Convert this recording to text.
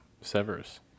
Severus